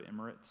Emirates